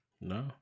No